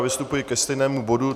Já vystupuji ke stejnému bodu.